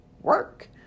work